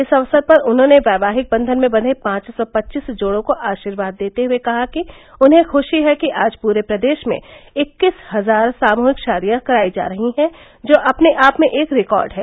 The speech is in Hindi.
इस अक्सर पर उन्होंने वैवाहिक बंधन में बंधे पांच सौ पच्चीस जोड़ों को आशीर्वाद देते हुए कहा कि उन्हें खुशी है कि आज पूरे प्रदेश में इक्कीस हजार सामूहिक शादियां कराई जा रहीं हैं जो अपने आप मे एक रिकॉर्ड है